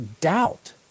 doubt